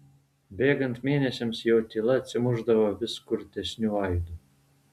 bėgant mėnesiams jo tyla atsimušdavo vis kurtesniu aidu